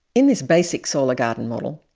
in this basic solar garden model,